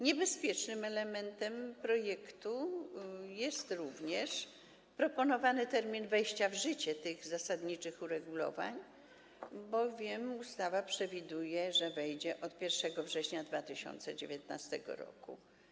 Niebezpiecznym elementem projektu jest również proponowany termin wejścia w życie zasadniczych uregulowań, bowiem ustawa przewiduje, że wejdą one od 1 września 2019 r.